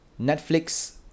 Netflix